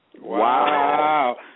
Wow